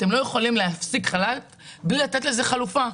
אתם לא יכולים להפסיק חל"ת בלי לתת לזה חלופה.